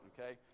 okay